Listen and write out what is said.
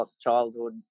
childhood